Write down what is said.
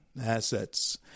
assets